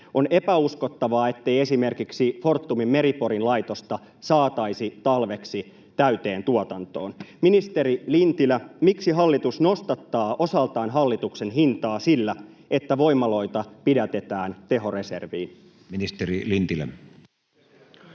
On epäuskottavaa, ettei esimerkiksi Fortumin Meri-Porin laitosta saataisi talveksi täyteen tuotantoon. Ministeri Lintilä, miksi hallitus nostattaa osaltaan hintaa sillä, että voimaloita pidätetään tehoreserviin? [Speech 44]